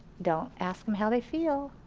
don't ask them how they feel.